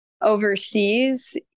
Overseas